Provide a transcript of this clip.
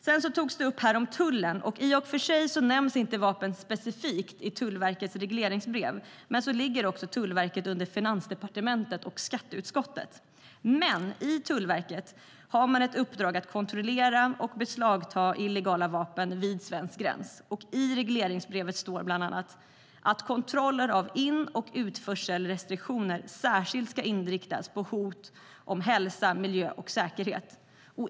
Tullen togs upp i debatten. I och för sig nämns inte vapen specifikt i Tullverkets regleringsbrev, men så ligger också Tullverket under Finansdepartementet och skatteutskottet. Tullverket har dock ett uppdrag att kontrollera och beslagta illegala vapen vid svensk gräns. I regleringsbrevet står bland annat att "kontroller av in och utförselrestriktioner ska särskilt inriktas på hot mot hälsa, miljö och säkerhet".